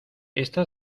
ésta